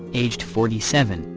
aged forty seven,